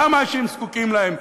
כמה אנשים זקוקים להן,